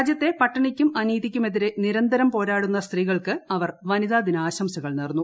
രാജ്യത്തെ പട്ടിണിയ്ക്കും അനീതിയ്ക്കുമെതിരെ നിരന്തരം പോരാടുന്ന സ്ത്രീകൾക്ക് അവർ വനിതാ ദിനാശംസകൾ നേർന്നു